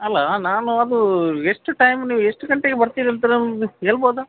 ಅಲ್ಲ ನಾನು ಅದು ಎಷ್ಟು ಟೈಮ್ ನೀವು ಎಷ್ಟು ಗಂಟೆಗೆ ಬರ್ತೀರಂತ ನಮ್ಗೆ ಹೇಳ್ಬೋದಾ